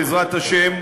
בעזרת השם,